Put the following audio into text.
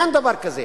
אין דבר כזה.